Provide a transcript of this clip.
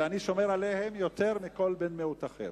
ואני שומר עליהן יותר מכל בן מיעוט אחר.